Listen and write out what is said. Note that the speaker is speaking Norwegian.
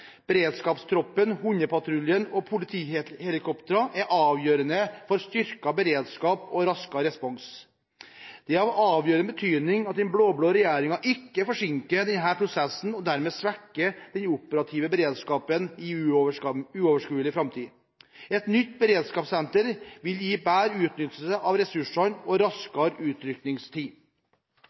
beredskapstroppen, hundepatruljen og politihelikoptrene er avgjørende for styrket beredskap og raskere respons. Det er av avgjørende betydning at den blå-blå regjeringen ikke forsinker denne prosessen og dermed svekker den operative beredskapen i uoverskuelig framtid. Et nytt beredskapssenter vil gi bedre utnyttelse av ressursene og raskere utrykningstid.